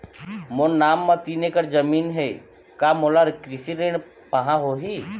मोर नाम म तीन एकड़ जमीन ही का मोला कृषि ऋण पाहां होही?